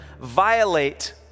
violate